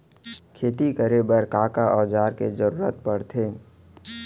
खेती करे बर का का औज़ार के जरूरत पढ़थे?